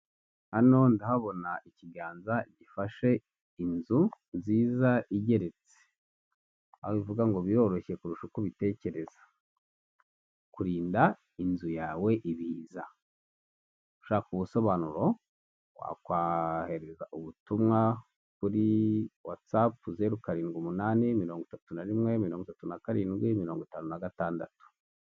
Hano ndahabona ikiganza gifashe inzu nziza igeretse. Aho bivuga ngo biroroshye kurusha uko ubitekereza. Kurinda inzu yawe ibiza. Ushaka ubusobanuro wakohereza ubutumwa kuri watsapu zeru karindwi umunani, mirongo itatu nari rimwe, mirongo itatu na karindwi, mirongo itanu na gatandatu.